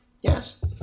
Yes